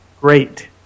great